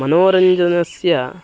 मनोरञ्जनस्य